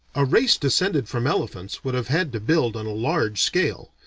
a race descended from elephants would have had to build on a large scale.